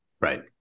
right